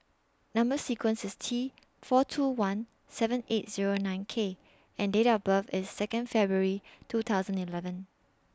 Number sequence IS T four two one seven eight Zero nine K and Date of birth IS Second February two thousand and eleven